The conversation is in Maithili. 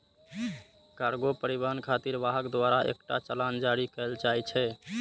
कार्गो परिवहन खातिर वाहक द्वारा एकटा चालान जारी कैल जाइ छै